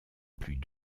plus